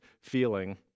feeling